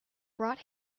brought